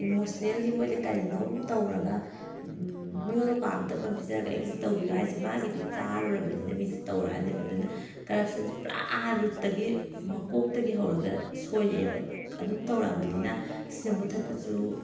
emotionally ꯃꯣꯏꯗ ꯀꯔꯤꯅꯣꯝ ꯇꯧꯔꯒ ꯃꯤꯉꯣꯟꯗ ꯀ꯭ꯋꯥ ꯃꯇꯞ ꯑꯃ ꯄꯤꯖꯔꯒ ꯑꯩꯒꯤꯁꯤ ꯇꯧꯕꯤꯌꯨ ꯍꯥꯏꯁꯦ ꯃꯥꯒꯤꯗꯨ ꯆꯥꯔꯨꯔꯕꯅꯤꯅ ꯃꯤꯁꯤ ꯇꯧꯔꯛꯑꯅꯦꯕ ꯑꯗꯨꯅ ꯀꯔꯞꯁꯟꯁꯦ ꯄꯨꯔꯥ ꯔꯨꯠꯇꯒꯤ ꯃꯀꯣꯛꯇꯒꯤ ꯍꯧꯔꯒ ꯁꯣꯏꯔꯛꯑꯦꯕ ꯑꯗꯨꯝ ꯇꯧꯔꯛꯑꯕꯅꯤꯅ ꯁꯤꯗ ꯃꯨꯠꯊꯠꯄꯁꯨ